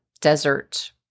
desert